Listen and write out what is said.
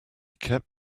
kept